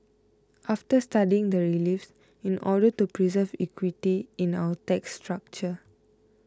after studying the reliefs in order to preserve equity in our tax structure